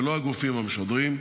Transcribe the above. ולא הגופים המשדרים,